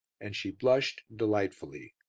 and she blushed delightfully.